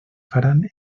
faran